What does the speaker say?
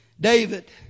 David